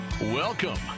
Welcome